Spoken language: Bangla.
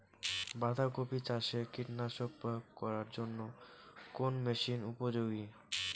বাঁধা কপি চাষে কীটনাশক প্রয়োগ করার জন্য কোন মেশিন উপযোগী?